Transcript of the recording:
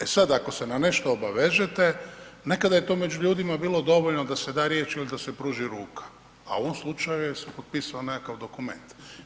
E sada ako se na nešto obavežete, nekada je to među ljudima bilo dovoljno da se da riječ ili da se pruži ruka, a u ovom slučaju se potpisao nekakav dokument.